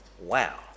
Wow